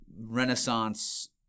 renaissance